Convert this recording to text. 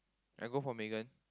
I go for Megan